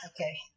Okay